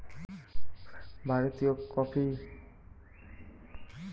ভারতীয় কফি কণেক অম্লীয় ও মিষ্টির বাদে ইউরোপত ইঞার ভালে নামডাক আছি